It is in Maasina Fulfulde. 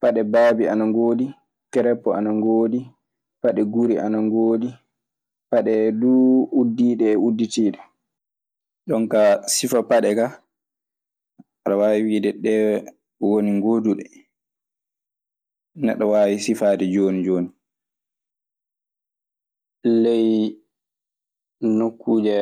Paɗe baabi ana ngoodi, kerepu ana ngoodi paɗɗe guri ana ngoodi paɗe duu uddiinde e udditiinde. jonkaa, sifa paɗe kaa, aɗe waawi wiide ɗe woni ngooduɗe neɗɗo waawi sifaade jooni jooni. Ley nokkuuje